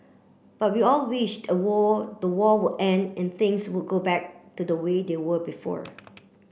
but we all wish a war the war would end and things would go back to the way they were before